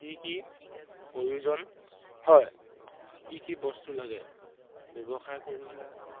কি কি প্ৰয়োজন হয় কি কি বস্তু লাগে ব্যৱসায় কৰিবলৈ আমাক